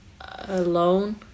Alone